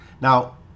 Now